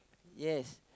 yes